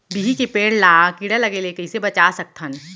बिही के पेड़ ला कीड़ा लगे ले कइसे बचा सकथन?